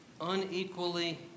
unequally